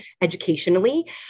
educationally